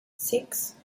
six